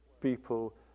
people